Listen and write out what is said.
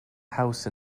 house